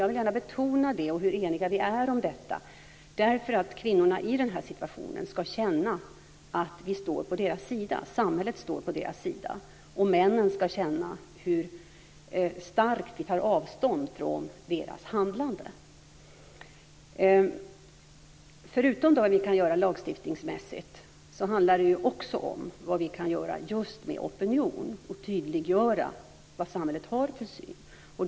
Jag vill gärna betona det, liksom hur eniga vi är om detta för att kvinnorna i den här situationen ska känna att samhället står på deras sida och för att männen ska känna hur starkt vi tar avstånd från deras handlande. Förutom vad vi kan göra lagstiftningsmässigt handlar det även om vad vi kan göra just genom opinionen och genom att tydliggöra vad samhället har för syn.